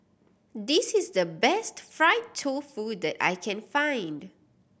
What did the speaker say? this is the best fried tofu that I can find